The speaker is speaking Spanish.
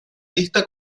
lista